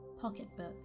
pocketbook